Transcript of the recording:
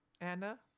Anna